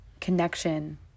connection